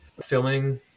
filming